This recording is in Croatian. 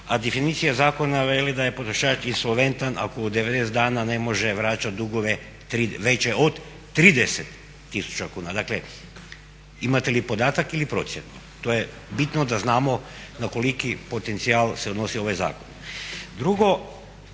a definicija zakona veli da je potrošač insolventan ako u 90 dana ne može vraćati dugove veće od 30 tisuća kuna. Dakle, imate li podatak ili procjenu? To je bitno da znamo na koliki potencijal se odnosi ovaj zakon. Drugo,